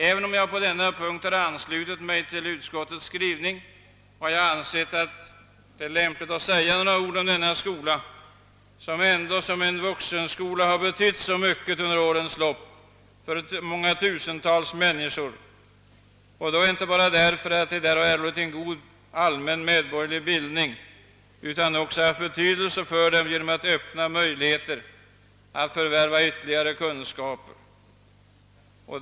Även om jag på denna punkt har anslutit mig till utskottets skrivning har jag ansett det lämpligt att säga några ord om denna skola, som ändå som vuxenskola har betytt så mycket under årens lopp för många tusentals männniskor — inte bara därför att de där har erhållit en god allmän medborgerlig bildning utan också genom att den öppnat möjligheter för dem att förvärva ytterligare kunskaper.